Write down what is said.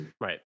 Right